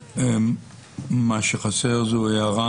מה שחסר זו הערת